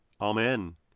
Amen